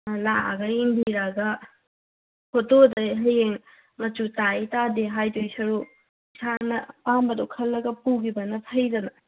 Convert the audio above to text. ꯑꯥ ꯂꯥꯛꯑꯒ ꯌꯦꯡꯕꯤꯔꯒ ꯐꯣꯇꯣꯗ ꯍꯌꯦꯡ ꯃꯆꯨ ꯇꯥꯏ ꯇꯥꯗꯦ ꯍꯥꯏꯒꯗꯣꯏ ꯁꯔꯨꯛ ꯏꯁꯥꯅ ꯑꯄꯥꯝꯕꯗꯣ ꯈꯜꯂꯒ ꯄꯨꯈꯤꯕꯅ ꯐꯩꯗꯅ